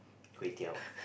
kway-teow